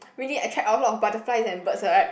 really attract a lot of butterflies and birds [what] right